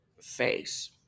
face